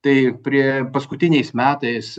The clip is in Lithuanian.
tai prie paskutiniais metais